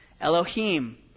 Elohim